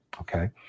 okay